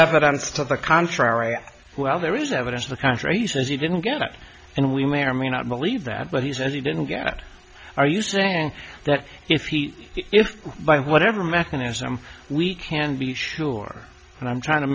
evidence to the contrary well there is evidence of the contrary says he didn't get up and we may or may not believe that but he says he didn't get are you saying that if he if by whatever mechanism we can be sure and i'm trying to